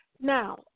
Now